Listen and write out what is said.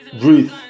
breathe